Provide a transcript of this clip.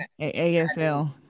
ASL